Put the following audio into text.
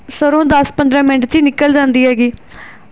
ਸਰ੍ਹੋਂ ਦਸ ਪੰਦਰਾਂ ਮਿੰਟ 'ਚ ਹੀ ਨਿਕਲ ਜਾਂਦੀ ਹੈਗੀ